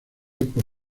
por